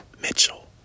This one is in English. Mitchell